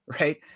right